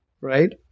right